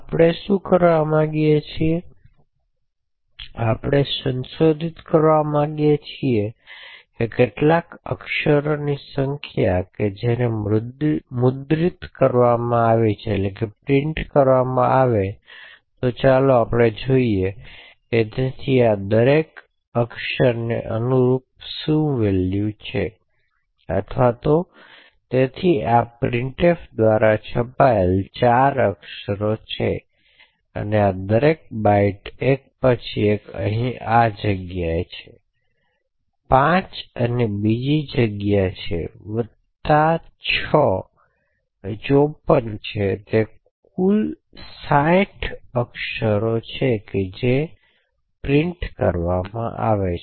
આપણે શું કરવા માગી છીયે કે આપણે સંશોધિત કરવા માગી છીયે કે કેટલા અક્ષરોની સંખ્યા કે મુદ્રિત કરવામાં આવી તો ચાલો આપણે અહીં જોઈએ તેથી આ દરેક એક અક્ષરને અનુરૂપ છે અથવા તેથી તે આ printf દ્વારા છપાયેલ 4 અક્ષરો છે તેથી આ દરેક બાઇટ્સ માટે એક પછી અહીં એક જગ્યા છે તેથી પાંચ અને બીજી જગ્યા અહીં છ વત્તા 54 તેથી તે કુલ સાઠ અક્ષરો છે જે છાપવામાં આવે છે